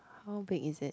how big is it